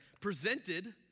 Presented